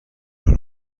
حال